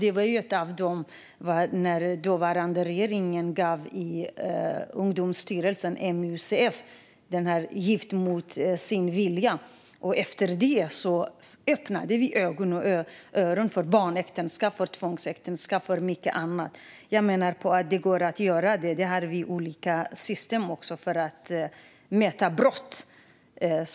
Ett av dem var när dåvarande regering gav den tidigare Ungdomsstyrelsen, nuvarande MUCF, ett uppdrag som resulterade i rapporten Gift mot sin vilja . Efter det öppnade vi ögon och öron för förekomsten av barnäktenskap, tvångsäktenskap och mycket annat. Jag menar att det går att göra det här. Vi har olika system för att mäta brott.